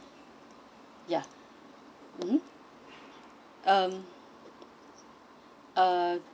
ya mmhmm um uh